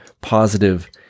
positive